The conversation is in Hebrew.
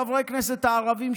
חברי הכנסת הערבים,